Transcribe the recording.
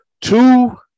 two